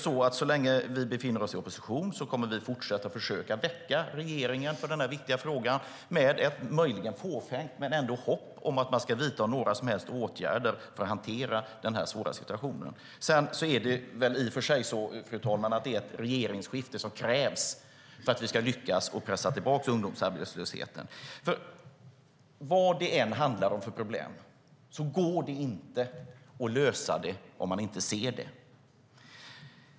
Så länge vi befinner oss i opposition kommer vi att fortsätta att försöka väcka regeringen för den här viktiga frågan, med ett möjligen fåfängt men ändå hopp om att man ska vidta några åtgärder för att hantera den svåra situationen. Men det är väl i och för sig, fru talman, ett regeringsskifte som krävs för att vi ska lyckas pressa tillbaka ungdomsarbetslösheten. Vilket problem det än handlar om går det inte att lösa det om man inte ser det!